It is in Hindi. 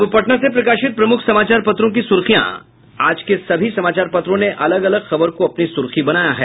अब पटना से प्रकाशित प्रमुख समाचार पत्रों की सुर्खियां आज के सभी समाचार पत्रों ने अलग अलग खबर को अपनी सुर्खी बनाया है